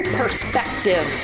perspective